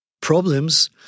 problems